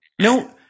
no